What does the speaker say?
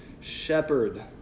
Shepherd